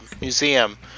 museum